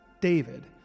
David